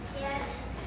Yes